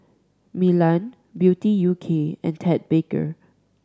Milan Beauty U K and Ted Baker